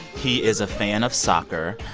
he is a fan of soccer.